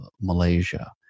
Malaysia